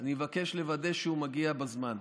אני מבקש לוודא שהוא מגיע בזמן.